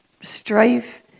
strife